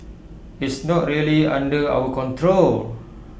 it's not really under our control